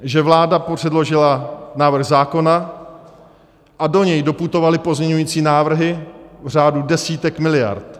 Že vláda předložila návrh zákona a do něj doputovaly pozměňovací návrhy v řádu desítek miliard.